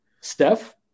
Steph